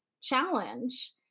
challenge